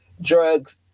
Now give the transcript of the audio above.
drugs